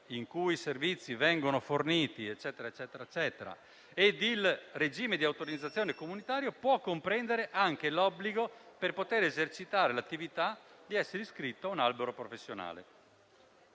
in cui i servizi vengono forniti, ed il regime di autorizzazione comunitario può comprendere anche l'obbligo, per poter esercitare l'attività, di essere iscritto ad un albo professionale.